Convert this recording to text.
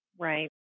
Right